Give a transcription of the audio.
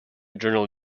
general